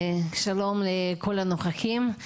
שלום לכל הנוכחים.